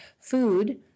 food